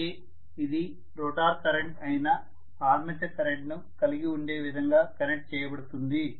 అయితే ఇది rotor current అయిన ఆర్మేచర్ కరెంట్ను కలిగి ఉండే విధంగా కనెక్ట్ చేయబడుతుంది